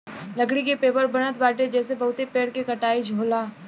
लकड़ी के पेपर बनत बाटे जेसे बहुते पेड़ के कटाई होला